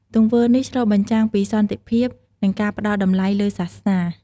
ទង្វើនេះឆ្លុះបញ្ចាំងពីសន្តិភាព និងការផ្ដល់តម្លៃលើសាសនា។